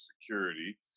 security